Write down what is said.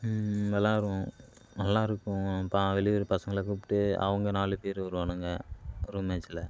விளாடுவோம் நல்லாயிருக்கும் ப வெளியூர் பசங்களை கூப்ட்டு அவங்க நாலு பேர் வருவானுங்க ரூம் மேட்சில்